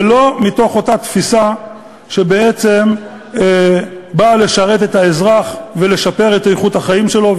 ולא מתוך אותה תפיסה שבעצם באה לשרת את האזרח ולשפר את איכות החיים שלו.